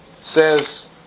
says